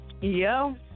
Yo